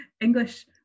english